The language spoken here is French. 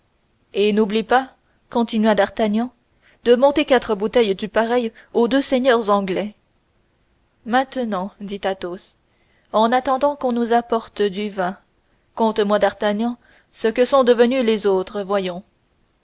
et n'oublie pas continua d'artagnan de monter quatre bouteilles du pareil aux deux seigneurs anglais maintenant dit athos en attendant qu'on nous apporte du vin conte-moi d'artagnan ce que sont devenus les autres voyons